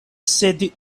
sed